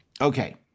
Okay